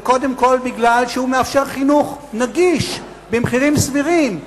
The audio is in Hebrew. וקודם כול בגלל שהוא מאפשר חינוך נגיש במחירים סבירים,